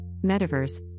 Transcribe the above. Metaverse